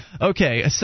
Okay